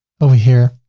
over here,